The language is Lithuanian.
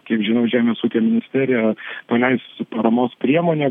kiek žinau žemės ūkio ministerija tenais suformuos priemones